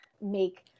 make